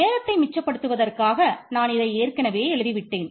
நேரத்தை மிச்சப் படுத்துவதற்காக நான் இதை ஏற்கனவே எழுதிவிட்டேன்